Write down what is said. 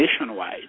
nationwide